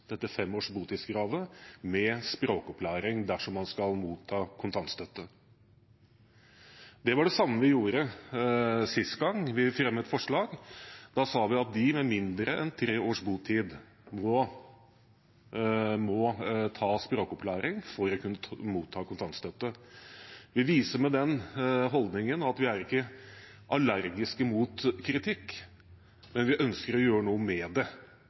dette fem års botidskravet med språkopplæring dersom man skal motta kontantstøtte. Det var det samme vi gjorde sist gang vi fremmet forslag. Da sa vi at de med mindre enn tre års botid, må ta språkopplæring for å kunne motta kontantstøtte. Vi viser med den holdningen at vi ikke er allergisk mot kritikk, men vi ønsker å gjøre noe med det.